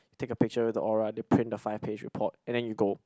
take a picture with the Aura they print the five page report and then you go